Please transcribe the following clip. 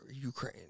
Ukraine